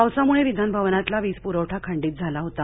पावसाम्ळे विधानभवनातला वीजप्रवठा खंडीत झाला होता